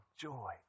joy